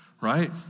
right